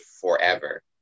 forever